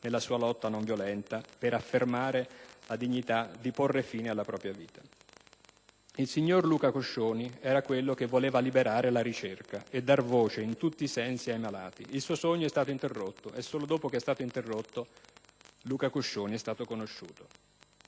nella sua lotta non violenta per affermare la dignità di porre fine alla propria vita. Il signor Luca Coscioni voleva liberare la ricerca e dar voce in tutti i sensi ai malati. Il suo sogno è stato interrotto e solo dopo ciò egli è stato conosciuto.